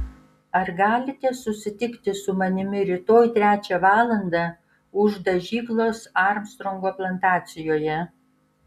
ar galite susitikti su manimi rytoj trečią valandą už dažyklos armstrongo plantacijoje